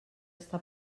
està